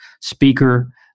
speaker